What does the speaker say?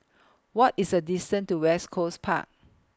What IS The distance to West Coast Park